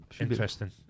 interesting